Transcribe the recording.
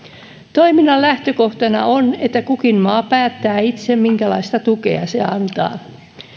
toiminnan lähtökohtana on että kukin maa päättää itse minkälaista tukea se antaa